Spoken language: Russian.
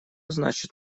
значит